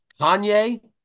Kanye